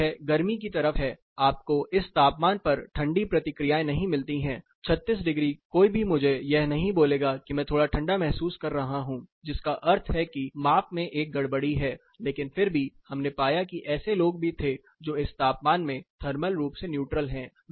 और यह गर्मी की तरफ है आपको इस तापमान पर ठंडी प्रतिक्रियाएं नहीं मिलती हैं 36 डिग्री कोई भी मुझे यह नहीं बोलेगा कि मैं थोड़ा ठंडा महसूस कर रहा हूं जिसका अर्थ है कि माप में एक गड़बड़ी है लेकिन फिर भी हमने पाया कि ऐसे लोग भी थे जो इस तापमान में थर्मल रूप से न्यूट्रल है